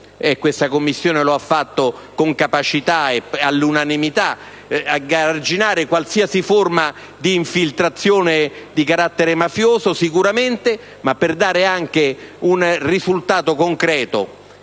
questa Commissione l'ha fatto con capacità e all'unanimità) qualsiasi forma di infiltrazione di carattere mafioso, per raggiungere anche un risultato concreto.